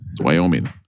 Wyoming